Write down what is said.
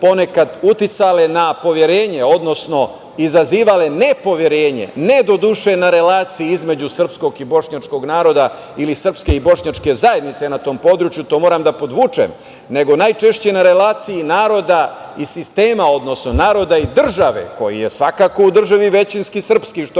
ponekad uticale na poverenje, odnosno izazivale nepoverenje, ne do duše na relaciji između srpskog i bošnjačkog naroda, ili srpske i bošnjačke zajednice, na tom području, to moram da podvučem, nego najčešće na relaciji naroda i sistema, odnosno naroda i države, koji je svakako u državi većinski srpski, što